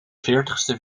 veertigste